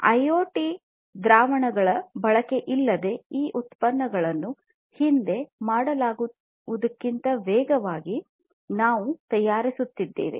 IoT ಕೇಂದ್ರಿತ ದ್ರಾವಣಗಳ ಬಳಕೆಯಿಲ್ಲದೆ ಈ ಉತ್ಪನ್ನಗಳನ್ನು ಹಿಂದೆ ಮಾಡಲಾಗುವುದಕ್ಕಿಂತ ವೇಗವಾಗಿ ನಾವು ತಯಾರಿಸಲಿದ್ದೇವೆ